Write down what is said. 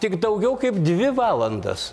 tik daugiau kaip dvi valandas